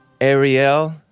Ariel